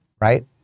right